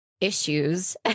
issues